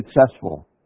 successful